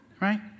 Right